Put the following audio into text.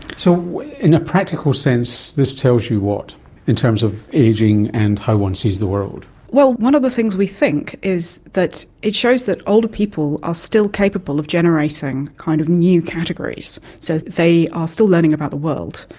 so in a practical sense, this tells you what in terms of ageing and how one sees the world well, one of the things we think is that it shows that older people are still capable of generating kind of new categories. so they are still learning about the world.